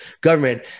government